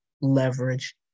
leverage